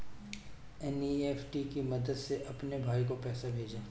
NEFT की मदद से अपने भाई को पैसे भेजें